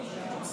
יש פה אש.